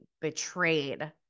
betrayed